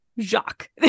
Jacques